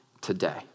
today